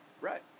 Right